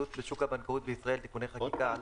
בשוק הבנקאות בישראל (תיקוני חקיקה),